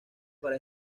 para